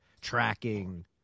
tracking